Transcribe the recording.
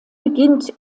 beginnt